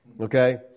Okay